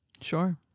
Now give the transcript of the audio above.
sure